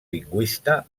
lingüista